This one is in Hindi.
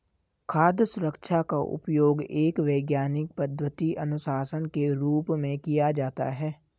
खाद्य सुरक्षा का उपयोग एक वैज्ञानिक पद्धति अनुशासन के रूप में किया जाता है